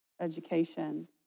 education